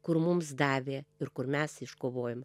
kur mums davė ir kur mes iškovojom